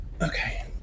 Okay